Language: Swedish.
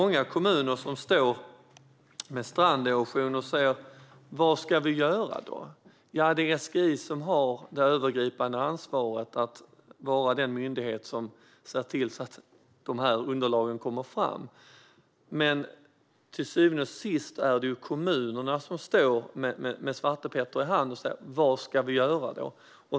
När kommuner med stranderosion frågar vad de ska göra får de svaret att SGI är den myndighet som har det övergripande ansvaret för att ta fram underlagen. Men till syvende och sist är det kommunerna som står med svartepetter i hand och frågar: Vad ska vi göra då?